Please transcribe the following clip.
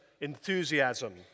enthusiasm